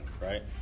right